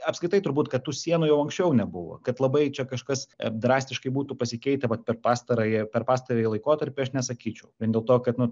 apskritai turbūt kad tų sienų jau anksčiau nebuvo kad labai čia kažkas drastiškai būtų pasikeitę vat per pastarąją per pastarąjį laikotarpį aš nesakyčiau vien dėl to kad nu